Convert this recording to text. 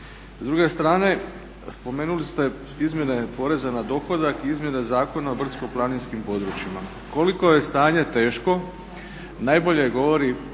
S druge strane, spomenuli ste Izmjene poreza na dohodak i Izmjene zakona o brdsko-planinskim područjima. Koliko je stanje teško najbolje govori